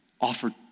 offered